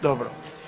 Dobro.